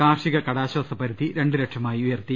കാർഷിക കടാശ്വാസ പരിധി രണ്ട് ലക്ഷമായി ഉയർത്തി